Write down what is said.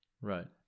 Right